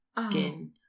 skin